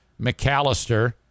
McAllister